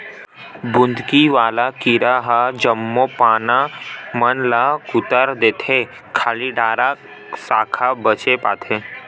बुंदकी वाला कीरा ह जम्मो पाना मन ल कुतर देथे खाली डारा साखा बचे पाथे